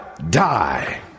die